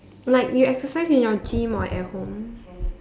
like you exercise in your gym or at home